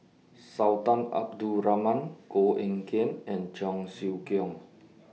Sultan Abdul Rahman Koh Eng Kian and Cheong Siew Keong